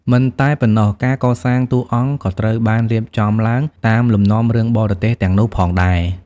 មិនតែប៉ុណ្ណោះ ការកសាងតួអង្គក៏ត្រូវបានរៀបចំឡើងតាមលំនាំរឿងបរទេសទាំងនោះផងដែរ។